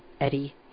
Eddie